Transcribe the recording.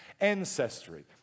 ancestry